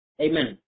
amen